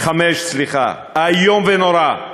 איום ונורא,